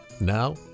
Now